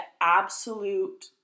absolute